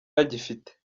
agifite